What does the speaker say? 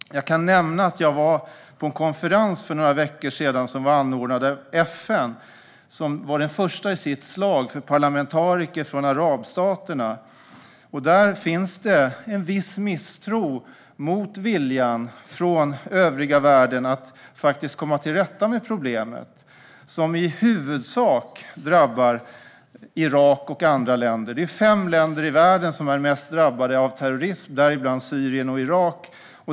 Jag kan nämna att jag var på en konferens för några veckor sedan som var anordnad av FN. Det var den första i sitt slag för parlamentariker från arabstaterna. Där finns en viss misstro mot viljan från den övriga världen att komma till rätta med problemet, som i huvudsak drabbar Irak och andra länder. Det är fem länder i världen som är mest drabbade av terrorism, däribland Syrien och Irak.